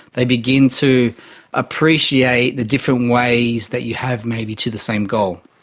they begin to appreciate the different ways that you have maybe to the same goal.